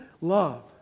love